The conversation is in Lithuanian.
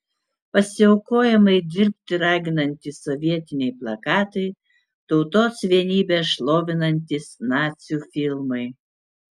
pasiaukojamai dirbti raginantys sovietiniai plakatai tautos vienybę šlovinantys nacių filmai